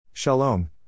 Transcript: Shalom